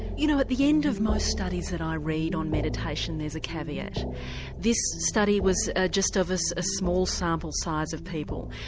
you know, at the end of most studies that i read on meditation there's a caveat this study was just of so a small sample size of people,